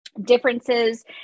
differences